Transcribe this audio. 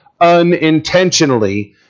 unintentionally